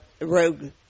rogue